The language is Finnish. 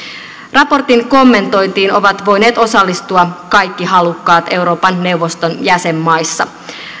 raportin kommentointiin ovat voineet osallistua kaikki halukkaat euroopan neuvoston jäsenmaissa